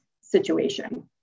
situation